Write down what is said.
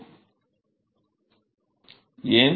மாணவர் ஏன்